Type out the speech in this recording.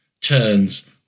turns